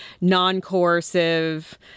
non-coercive